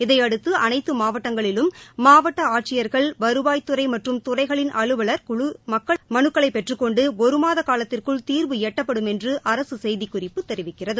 இதையடுத்து அனைத்து மாவட்டங்களிலும் மாவட்ட ஆட்சியர்கள் வருவாய்த்துறை மற்றும் துறைகளின் அலுவலர் குழு மக்கள் மலுக்களை பெற்றுக்கொண்டு ஒருமாத காலத்திற்குள் தீர்வு எட்டப்படும் என்று அரசு செய்திக்குறிப்பு தெரிவிக்கிறது